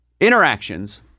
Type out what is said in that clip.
interactions